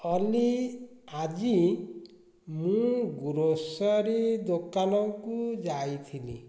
ଅଲି ଆଜି ମୁଁ ଗ୍ରୋସରୀ ଦୋକାନକୁ ଯାଇଥିଲି